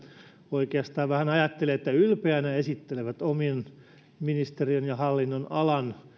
oikeastaan vähän ajattelin että ylpeänä esittelevät omien ministeriöidensä ja hallinnonalansa